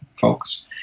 folks